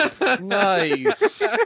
nice